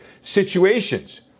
situations